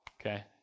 Okay